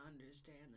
understand